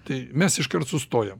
tai mes iškart sustojam